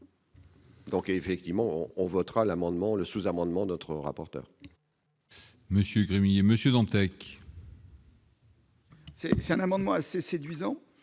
Donc effectivement on on votera l'amendement le sous-amendement notre rapporteur. Monsieur Régnier Monsieur Dantec. C'est un amendement assez séduisant